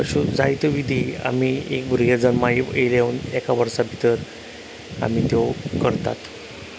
अश्यो जायत्यो विधी आमी एक भुरगें जल्मा येवन येयल्याउन एका वर्सा भितर आमी त्यो करतात